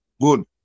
good